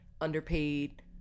underpaid